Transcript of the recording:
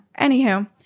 anywho